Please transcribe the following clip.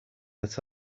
that